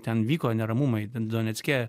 ten vyko neramumai ten donecke